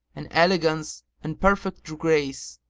and elegance and perfect grace,